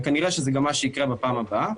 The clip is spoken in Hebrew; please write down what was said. כנראה שזה גם מה שיקרה בפעם הבאה.